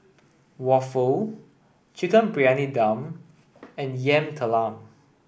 Waffle Chicken Briyani Dum and Yam Talam